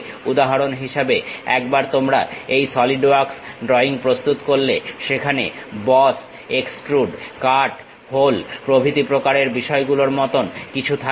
উদাহরণ হিসেবে একবার তোমরা এই সলিড ওয়ার্কস ড্রয়িং প্রস্তুত করলে সেখানে বস এক্সট্রুড কাট হোল প্রভৃতি প্রকারের বিষয়গুলোর মতন কিছু থাকবে